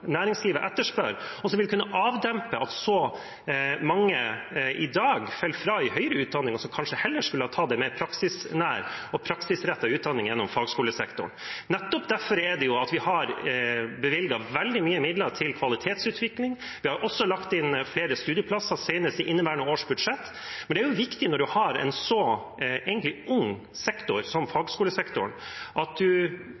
næringslivet etterspør, og som vil kunne avdempe at så mange i dag faller fra i høyere utdanning – og som kanskje heller skulle tatt en mer praksisnær og praksisrettet utdanning gjennom fagskolesektoren. Nettopp derfor er det vi har bevilget veldig mange midler til kvalitetsutvikling. Vi har også lagt inn bevilgninger til flere studieplasser, senest i inneværende års budsjett. Men det er viktig når en har en så egentlig ung sektor som